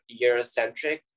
Eurocentric